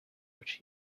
which